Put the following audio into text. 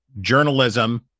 journalism